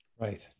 Right